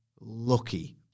lucky